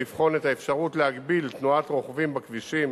לבחון את האפשרות להגביל תנועת רוכבים בכבישים